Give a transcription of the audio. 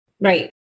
Right